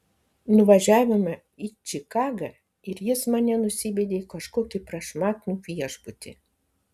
nuvažiavome į čikagą ir jis mane nusivedė į kažkokį prašmatnų viešbutį